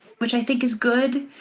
which i think is good.